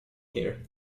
here